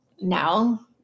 Now